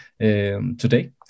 today